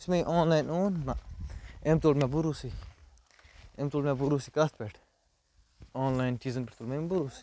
یُس مےٚ یہِ آن لایِن اوٚن نَہ أمۍ تُل مےٚ بھروسٕے أمۍ تُل مےٚ بھروسہٕ کَتھ پٮ۪ٹھ آن لایِن چیٖزَن پٮ۪ٹھ تُل مےٚ أمۍ بھروسٕے